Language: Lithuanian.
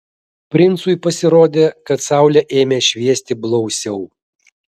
princui pasirodė kad saulė ėmė šviesti blausiau